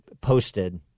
posted